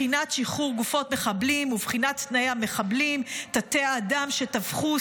בחינת שחרור גופות מחבלים ובחינת תנאי המחבלים תתי-האדם שטבחו,